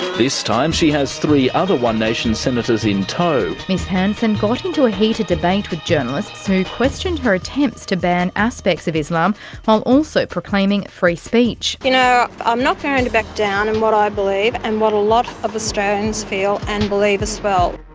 this time she has three other one nation senators in tow. miss hanson got into a heated debate with journalists who questioned her attempts to ban aspects of islam while also proclaiming free speech. you know, i'm not going to back down in what i believe and what a lot of australians feel and believe as well.